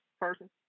person